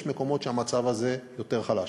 ויש מקומות שהמצב הזה יותר חלש.